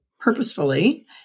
purposefully